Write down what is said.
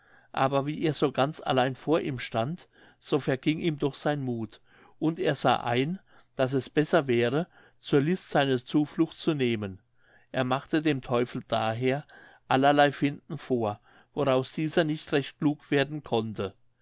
aber wie er so ganz allein vor ihm stand so verging ihm doch sein muth und er sah ein daß es besser wäre zur list seine zuflucht zu nehmen er machte dem teufel daher allerlei finten vor woraus dieser nicht recht klug werden konnte